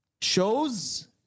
shows